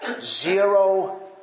Zero